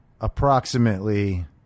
approximately